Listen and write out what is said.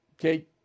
Okay